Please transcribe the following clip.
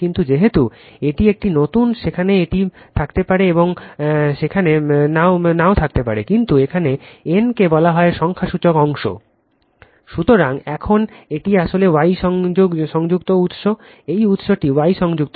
কিন্তু যেহেতু এটি একটি নতুন সেখানে এটা থাকতে পারে সেখানে নাও থাকতে পারে কিন্তু এখানে এটি n কে বলা হয় সংখ্যাসূচক অংশ সুতরাং এখন এটি আসলে Y সংযুক্ত উত্স এই উত্সটি Y সংযুক্ত